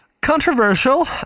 controversial